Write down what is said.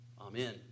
Amen